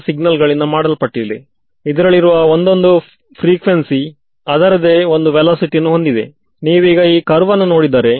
ನನಗೆ closed contour ಹಾಗು closing object ನಲ್ಲಿರುವ ಫೀಲ್ಡ್ ತಿಳಿದಿದೆಯೇ